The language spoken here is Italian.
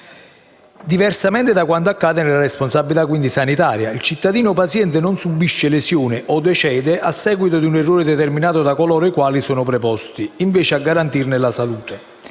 Diversamente da quanto accade, quindi, nella responsabilità sanitaria, il cittadino paziente non subisce lesione o decede a seguito di un errore determinato da coloro i quali sono preposti, invece, a garantirne la salute.